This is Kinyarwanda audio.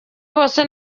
bose